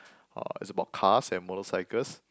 uh it's about cars and motorcycles